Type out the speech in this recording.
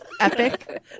epic